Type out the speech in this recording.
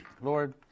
Lord